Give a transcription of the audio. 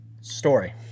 story